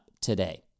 today